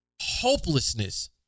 hopelessness